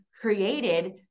created